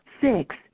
six